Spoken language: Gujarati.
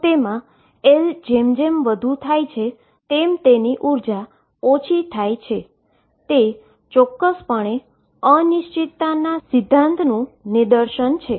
તેથી L જેમ જેમ વધુ થાય છે તેમ એનર્જી ઓછી થાય છે તે ચોક્કસપણે અનસર્ટેનીટી પ્રિન્સીપલનું નિદર્શન કરે છે